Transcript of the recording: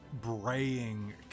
braying